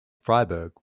freiburg